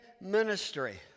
ministry